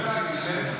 תקומה?